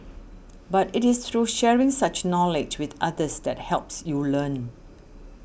but it is through sharing such knowledge with others that helps you learn